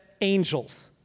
angels